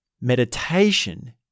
Meditation